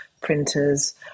printers